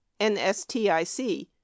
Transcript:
nstic